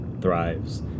thrives